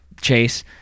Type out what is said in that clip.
chase